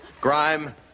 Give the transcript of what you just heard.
grime